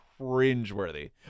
cringeworthy